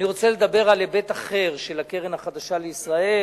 אני רוצה לדבר על היבט אחר של הקרן החדשה לישראל.